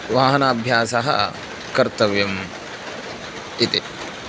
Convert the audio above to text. वाहनाभ्यासः कर्तव्यम् इति